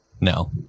No